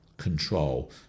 control